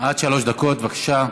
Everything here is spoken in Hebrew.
ברושי, עד שלוש דקות, בבקשה.